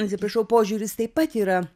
atsiprašau požiūris taip pat yra